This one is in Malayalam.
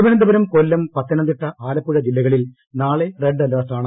തിരുവന്തപുരം കൊല്ലം പത്തനംതിട്ട ആലപ്പുഴ ജില്ലകളിൽ നാളെ റെഡ് അലർട്ടാണ്